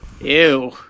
Ew